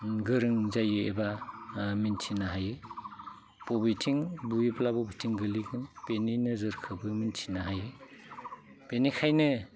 गोरों जायो एबा मिन्थिहोनो हायो बबेथिं बुयोब्लाबो बबेथिं गोलैगोन बेनि नोजोरखोबो मिन्थिनो हायो बिनिखायनो